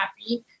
happy